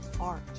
art